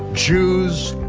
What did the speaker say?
jews,